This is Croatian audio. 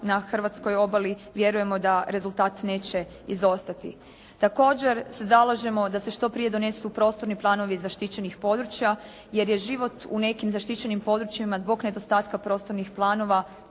na hrvatskoj obali. Vjerujemo da rezultat neće izostati. Također se zalažemo da se što prije donesu prostorni planovi zaštićenih područja, jer je život u nekim zaštićenim područjima zbog nedostatka prostornih planova